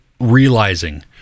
realizing